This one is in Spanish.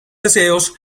deseos